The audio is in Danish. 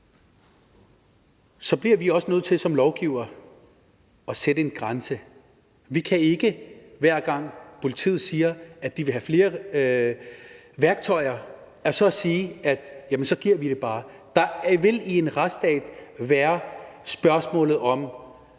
bliver vi også nødt til som lovgivere at sætte en grænse. Vi kan ikke, hver gang politiet siger, at de vil have flere værktøjer, sige, at så giver vi dem det bare. Der vil i en retsstat være spørgsmålet om